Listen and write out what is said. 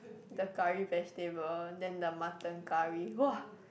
the curry vegetable then the mutton curry !wah!